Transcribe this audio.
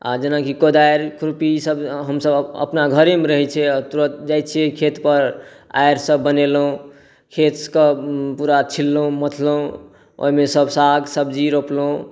आ जेनाकि कोदारि खुरपी ई सभ हमसभ अपना घरेमे रहै छै तुरत जाइ छियै खेत पर आरि सभ बनेलहुँ खेतके पुरा छिललहुँ मथलहुँ ओहिमे सभ साग सब्जी रोपलहुँ